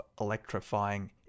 electrifying